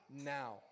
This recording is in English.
now